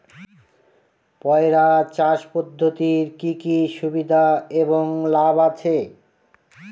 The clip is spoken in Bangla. পয়রা চাষ পদ্ধতির কি কি সুবিধা এবং লাভ আছে?